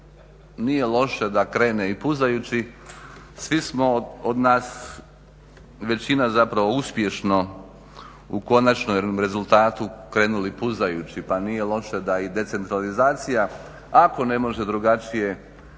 nije loše da krene i puzajući, svi smo od nas, većina zapravo uspješno u konačnom rezultatu krenuli puzajući pa nije loše da i decentralizacija ako ne može drugačije